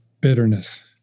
bitterness